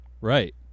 Right